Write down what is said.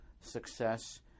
success